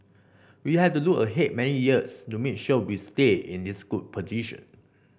we have to look ahead many years to make sure we stay in this good position